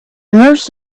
nurse